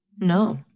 No